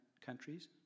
countries